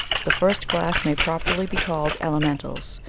the first class may properly be called elementals,